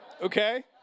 okay